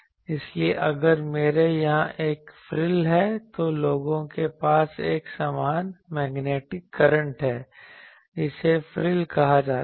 इसलिए अगर मेरे यहाँ एक फ्रिल है तो लोगों के पास एक समान मैग्नेटिक करंट है जिसे फ्रिल कहा जाता है